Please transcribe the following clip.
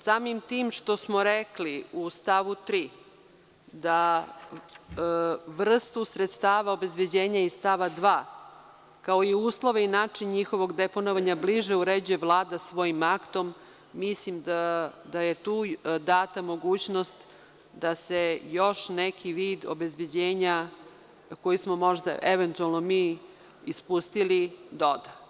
Samim tim što smo u stavu 3. rekli da vrstu sredstava obezbeđenja iz stava 2, kao i uslove i način njihovog deponovanja bliže uređuje Vlada svojim aktom, mislim da je tu data mogućnost da se još neki vid obezbeđenja, koji smo možda eventualno mi ispustili, doda.